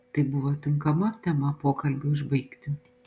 tai buvo tinkama tema pokalbiui užbaigti